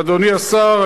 אדוני השר,